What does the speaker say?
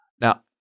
Now